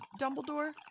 dumbledore